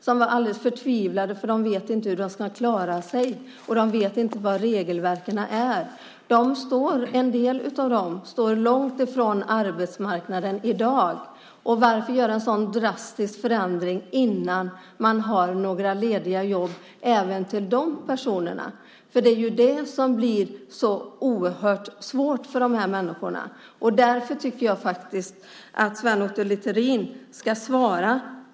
De var alldeles förtvivlade eftersom de inte vet hur de ska klara sig, och de vet inte hur regelverken är. En del av dem står långt från arbetsmarknaden i dag. Varför göra en sådan drastisk förändring innan man har några lediga jobb även till de personerna? Det blir så oerhört svårt för dessa människor. Därför tycker jag att Sven Otto Littorin ska svara.